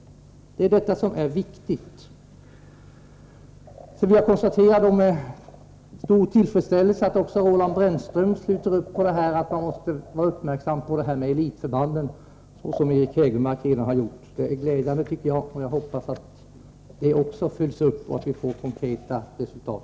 Det är detta som är viktigt. Jag konstaterar med stor tillfredsställelse att också Roland Brännström sluter upp bakom åsikten att man måste vara uppmärksam på elitförbanden, såsom Eric Hägelmark redan har gjort. Det är glädjande, tycker jag, och jag hoppas att detta också följs upp så att vi får konkreta resultat.